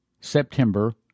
September